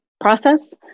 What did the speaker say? process